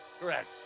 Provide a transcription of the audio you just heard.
Correct